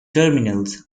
terminals